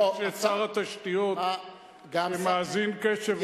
אני רואה את שר התשתיות מאזין קשב רב,